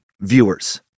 viewers